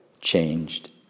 changed